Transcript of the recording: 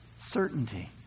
Certainty